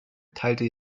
teilte